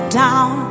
down